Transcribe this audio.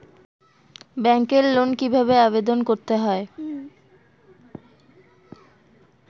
ব্যাংকে লোন কিভাবে আবেদন করতে হয়?